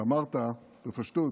ואמרת בפשטות: